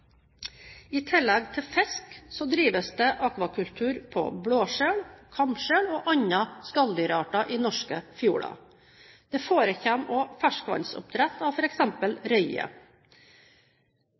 I tillegg til fisk drives det akvakultur på blåskjell, kamskjell og andre skalldyrarter i norske fjorder. Det forekommer også ferskvannsoppdrett av